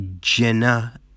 Jenna